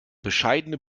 bescheidene